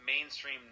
mainstream